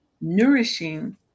nourishing